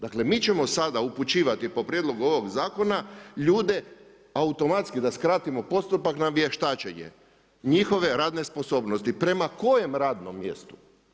Dakle, mi ćemo sada upućivati, po prijedlogu ovog zakona ljude, automatski, da skratimo postupak na vještačenje, njihove radne sposobnosti, prema kojem radnom mjestu?